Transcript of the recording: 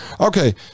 Okay